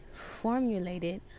formulated